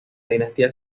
dinastía